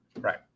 Right